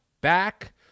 back